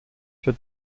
für